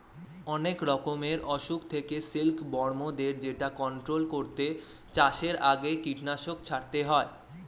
অনেক রকমের অসুখ থেকে সিল্ক বর্মদের যেটা কন্ট্রোল করতে চাষের আগে কীটনাশক ছড়াতে হয়